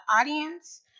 audience